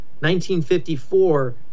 1954